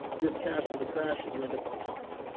you have cash for the crash. and you end up on top.